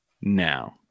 now